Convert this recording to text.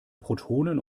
protonen